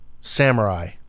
samurai